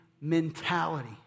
mentality